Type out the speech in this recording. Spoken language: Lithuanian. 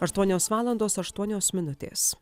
aštuonios valandos aštuonios minutės